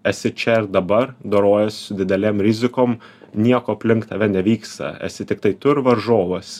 esi čia ir dabar dorojies su didelėm rizikom nieko aplink tave nevyksta esi tiktai tu ir varžovas